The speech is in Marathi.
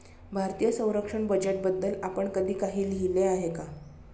भारतीय संरक्षण बजेटबद्दल आपण कधी काही लिहिले आहे का?